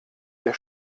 ihr